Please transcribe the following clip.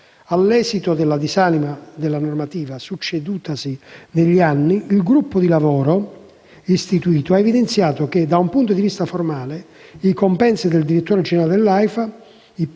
All'esito della disamina della normativa succedutasi negli anni, il gruppo di lavoro istituito ha evidenziato che, da un punto di vista formale, i compensi che il direttore generale dell'AIFA